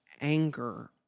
anger